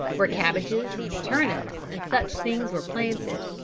where cabbages, turnips and such things were planted,